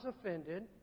offended